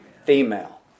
female